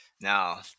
now